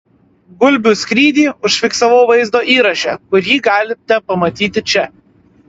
gulbių skrydį užfiksavau vaizdo įraše kurį galite pamatyti čia